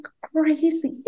crazy